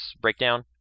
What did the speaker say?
breakdown